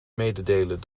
mededelen